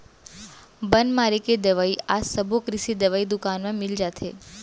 बन मारे के दवई आज सबो कृषि दवई दुकान म मिल जाथे